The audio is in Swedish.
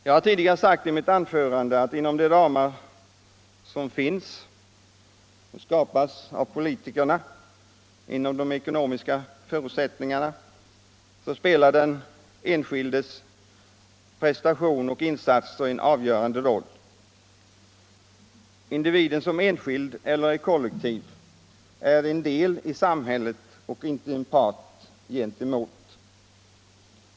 Jag har tidigare i mitt anförande sagt att inom de ramar som finns och de ekonomiska förutsättningar som skapas av politikerna har den enskildes prestation och insatser en avgörande betydelse. Individen, som enskild eller i kollektiv, är en del i samhället och inte en part gentemot det.